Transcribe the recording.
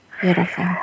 Beautiful